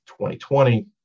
2020